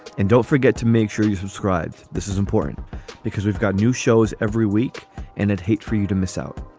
and don't forget to make sure you subscribe. this is important because we've got new shows every week and it hate for you to miss out.